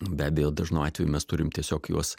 be abejo dažnu atveju mes turim tiesiog juos